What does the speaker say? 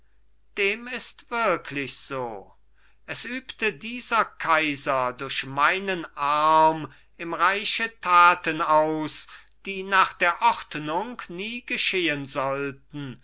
dem ist wirklich so es übte dieser kaiser durch meinen arm im reiche taten aus die nach der ordnung nie geschehen sollten